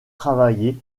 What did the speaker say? travailler